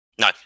No